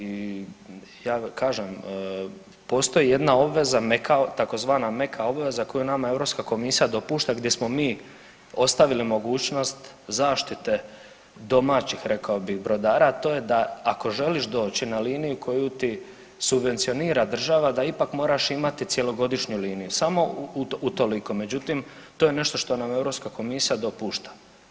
I ja kažem, postoji jedna obaveza meka tzv. meka obveza koju nama Europska komisija dopušta gdje smo mi ostavili mogućnost zaštite domaćih rekao bih brodara, a to je da ako želiš doći na liniju koju ti subvencionira država da ipak moraš imati cijelo godišnju liniju, samo utoliko, međutim to je nešto što nam Europska komisija dopušta.